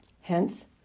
Hence